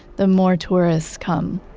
the more tourists come